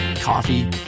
coffee